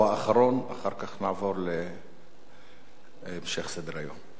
הוא האחרון, ואחר כך נעבור להמשך סדר-היום.